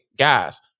guys